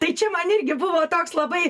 tai čia man irgi buvo toks labai